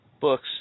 books